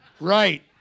Right